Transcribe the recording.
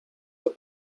the